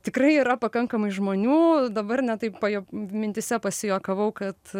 tikrai yra pakankamai žmonių dabar net taip pajuo mintyse pasijuokavau kad